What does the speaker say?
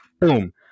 boom